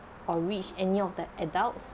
or reach any of the adults